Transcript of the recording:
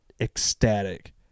Ecstatic